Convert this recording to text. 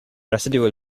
residual